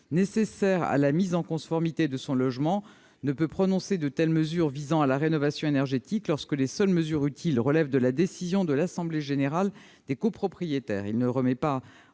nécessaires à la mise en conformité de son logement ne peut ordonner des travaux de rénovation énergétique lorsque les seules mesures utiles relèvent de la décision de l'assemblée générale des copropriétaires. Il ne remet pas